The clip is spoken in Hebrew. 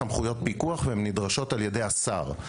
סמכויות פיקוח, והן נדרשות על ידי השר.